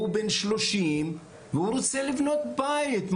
הוא בן 30 והוא רוצה לבנות בית,